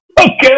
Okay